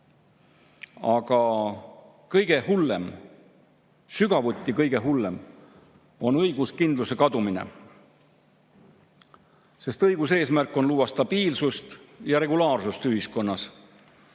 Aga kõige hullem, sügavuti kõige hullem on õiguskindluse kadumine. Sest õiguse eesmärk on luua stabiilsust ja regulaarsust ühiskonnas